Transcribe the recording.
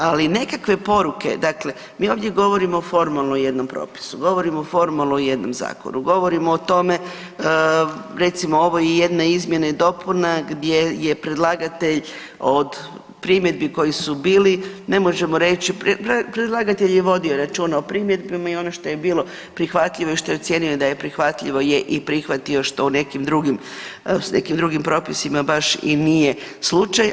Ali, nekakve poruke, dakle mi ovdje govorimo formalno o jednom propisu, govorimo formalno o jednom zakonu, govorimo o tome, recimo ovo je jedna izmjena i dopuna gdje je predlagatelj od primjedbi koje su bili, ne možemo reći, predlagatelj je vodio računa o primjedbama i ono što je bilo prihvatljivo i što je ocijenio da je prihvatljivo je i prihvatio, što u nekim drugim, s nekim drugim propisima baš i nije slučaj.